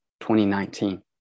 2019